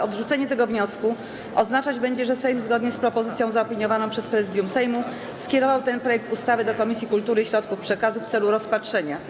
Odrzucenie tego wniosku oznaczać będzie, że Sejm, zgodnie z propozycją zaopiniowaną przez Prezydium Sejmu, skierował ten projekt ustawy do Komisji Kultury i Środków Przekazu w celu rozpatrzenia.